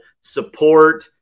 support